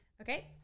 Okay